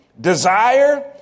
desire